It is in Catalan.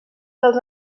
dels